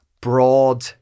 broad